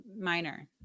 minor